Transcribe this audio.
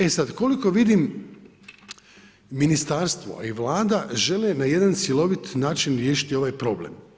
E sada, koliko vidim ministarstvo, a i Vlada žele na jedan cjelovit način riješiti ovaj problem.